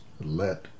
let